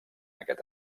aquest